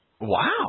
Wow